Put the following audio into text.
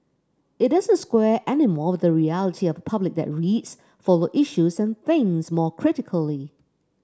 it doesn't square any more with the reality of a public that reads follows issues and thinks more critically